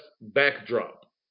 backdrop